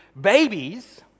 babies